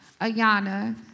Ayana